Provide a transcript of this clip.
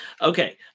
okay